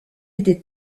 été